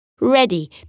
ready